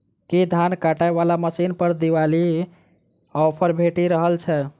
की धान काटय वला मशीन पर दिवाली ऑफर भेटि रहल छै?